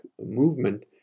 movement